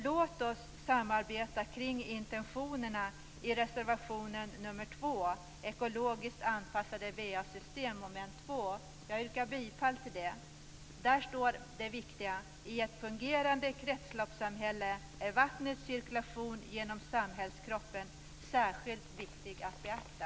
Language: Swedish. Låt oss samarbeta kring intentionerna i reservation Jag yrkar bifall till denna. Där står det viktiga: "I ett fungerande kretsloppssamhälle är vattnets cirkulation genom samhällskroppen särskilt viktig att beakta."